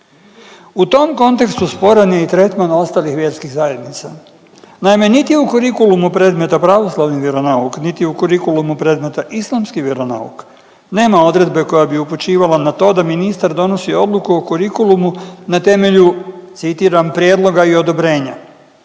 U tom kontekstu sporan je i tretman ostalih vjerskih zajednica. Naime, niti u kurikulumu predmeta pravoslavni vjeronauk, niti u kurikulumu predmeta islamski vjeronauk nema odredbe koja bi upućivala na to da ministar donosi odluku o kurikulumu na temelju, citiram, prijedloga i odobrenja